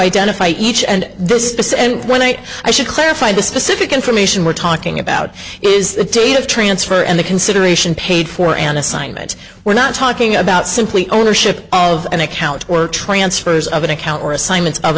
identify each and this is this and when i say i should clarify the specific information we're talking about is the date of transfer and the consideration paid for an assignment we're not talking about simply ownership of an account or transfer as of an account or assignments of